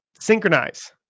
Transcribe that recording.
Synchronize